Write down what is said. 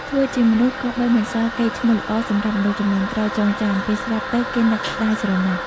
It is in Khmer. ធ្វើជាមនុស្សគប្បីបន្សល់កេរ្តិ៍ឈ្មោះល្អសម្រាប់មនុស្សជំនាន់ក្រោយចងចាំ ពេលស្លាប់ទៅគេនឹកស្តាយស្រណោះ ។